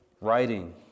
writing